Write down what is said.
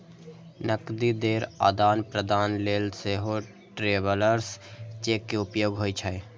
नकदी केर आदान प्रदान लेल सेहो ट्रैवलर्स चेक के उपयोग होइ छै